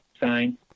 sign